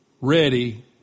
ready